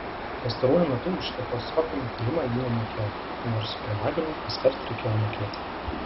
pastaruoju metu už echoskopinį tyrimą ji nemokėjo nors su pirmagimiu kaskart reikėjo mokėti